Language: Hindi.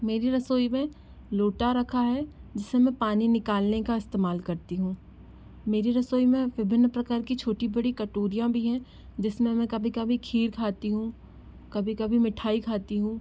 मेरी रसोई में लूटा रखा है जिससे मैं पानी निकालने का इस्तेमाल करती हूँ मेरी रसोई में विभिन्न प्रकार की छोटी बड़ी कटोरियाँ भी हैं जिसमें मैं कभी कभी खीर खाती हूँ कभी कभी मिठाई खाती हूँ